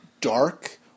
Dark